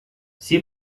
she